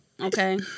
okay